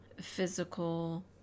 physical